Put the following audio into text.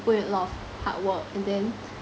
put in a lot of hard work and then